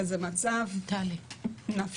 אלא זה מצב נפשי,